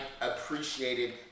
appreciated